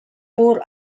poor